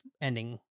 ending